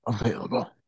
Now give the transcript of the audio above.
available